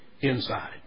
inside